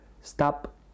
stop